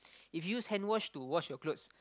if use hand wash to wash your clothes